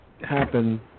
Happen